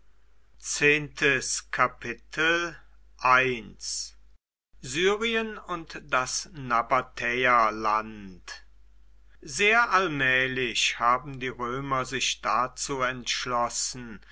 syrien und das nabatäerland sehr allmählich haben die römer sich dazu entschlossen